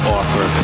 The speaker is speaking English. offer